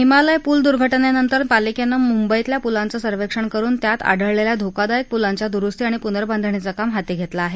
हिमालय पूल दुर्घटनेनंतर पलिकेनं मुंबईतल्या पुलांचं सर्वेक्षण करून त्यात आढळलेल्या धोकादायक पुलांच्या दुरुस्ती आणि पुनर्बांधणीचं काम हाती घेतलं आहे